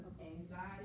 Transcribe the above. anxiety